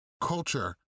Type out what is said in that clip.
culture